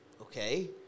okay